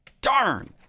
Darn